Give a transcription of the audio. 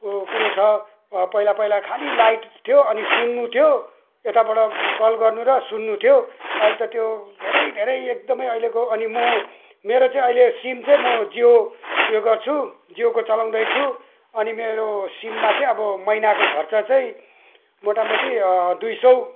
ओ कुरो छ अब पहिला पहिला खालि लाइट थियो अनि सुन्नु थियो यताबाट कल गर्नु र सुन्नु थियो अहिले त त्यो धेरै धेरै एकदमै अहिलेको अनि म मेरो चाहिँ अहिले सिम चाहिँ म जियो उयो गर्छु जियोको चलाउँदैछु अनि मेरो सिममा चाहिँ अब महिनाको खर्च चाहिँ मोटामोटी दुई सौ